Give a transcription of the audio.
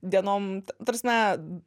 dienom ta prasme